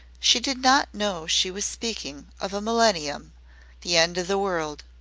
she did not know she was speaking of a millennium the end of the world.